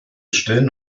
stellen